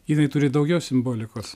jinai turi daugiau simbolikos